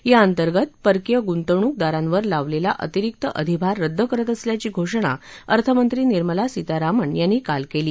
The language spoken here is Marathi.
याअंतर्गत परिकीय गुंतवणूकदारांवर लावलेला अतिरिक्त अधिभार रद्द करत असल्याची घोषणा अर्थमंत्री निर्मला सीतारामन यांनी काल केली